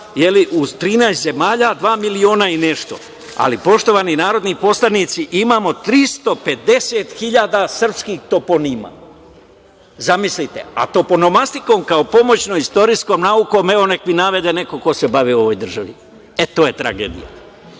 u 13 zemalja dva miliona i nešto, ali poštovani narodni poslanici, imamo 350 hiljada srpskih toponima. Zamislite? A toponomastikom kao pomoćnom istorijskom naukom, evo, neka mi navede neko ko se bavi u ovoj državi? To je tragedija. Dobro